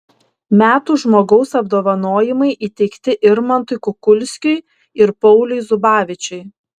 metų žmogaus apdovanojimai įteikti irmantui kukulskiui ir pauliui zubavičiui